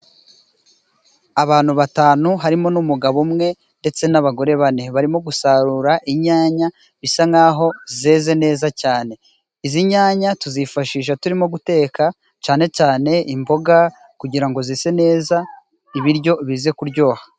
Abantu batanu harimo n'umugabo umwe ndetse n'abagore bane. Barimo gusarura inyanya bisa nkaho zeze neza cyane. Izi nyanya tuzifashisha turimo guteka cyane cyane imboga, kugirango zise neza ibiryo bize kuryoha.